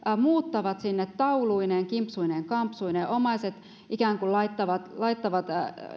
muuttavat sinne tauluineen kimpsuineen ja kampsuineen ja omaiset laittavat laittavat